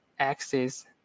Axis